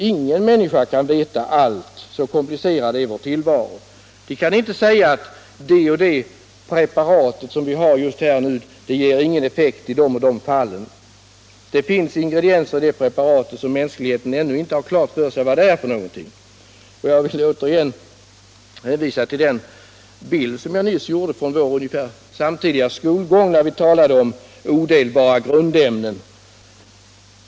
Ingen människa kan veta allt, så komplicerad är vår tillvaro. Vi kan inte säga att ett visst preparat inte ger någon effekt i de och de fallen. Det finns ingredienser i det preparatet som mänskligheten ännu inte har klart för sig vad de innehåller. Jag vill återigen hänvisa till den bild som jag nyss gav från vår ungefär samtidiga skolgång, när vi talade om odelbara grundämnen.